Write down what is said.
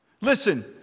listen